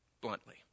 bluntly